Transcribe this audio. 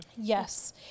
Yes